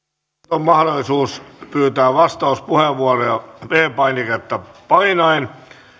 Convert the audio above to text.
on mahdollisuus pyytää vastauspuheenvuoroja p painiketta painaen